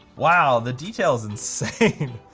wow. the detail's insane.